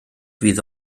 fydd